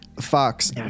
Fox